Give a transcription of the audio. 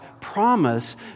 promise